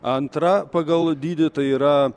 antra pagal dydį tai yra